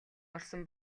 орсон